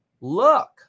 look